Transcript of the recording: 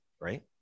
right